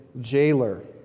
jailer